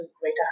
greater